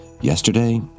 Yesterday